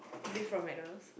is it from McDonald's